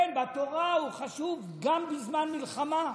כן, בתורה היא חשובה גם בזמן מלחמה.